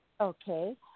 Okay